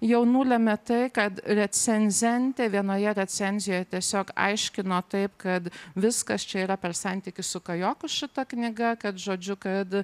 jau nulemia tai kad recenzentė vienoje recenzijoje tiesiog aiškino taip kad viskas čia yra per santykį su kajoku šita knyga kad žodžiu kad